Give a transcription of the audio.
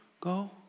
go